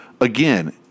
again